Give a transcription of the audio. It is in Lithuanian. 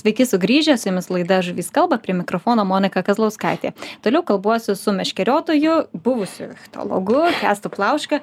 sveiki sugrįžę su jumis laida žuvys kalba prie mikrofono monika kazlauskaitė toliau kalbuosi su meškeriotoju buvusiu ichtiologu kęstu plauška